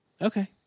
Okay